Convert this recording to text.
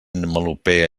melopea